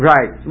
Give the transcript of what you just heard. Right